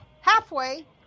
halfway